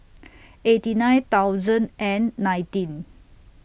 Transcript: eighty nine thousand and nineteen